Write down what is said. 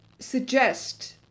suggest